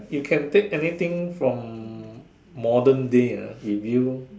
you can take anything from modern day ah with you